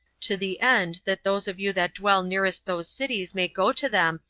to the end that those of you that dwell nearest those cities may go to them,